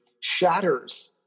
shatters